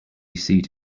seat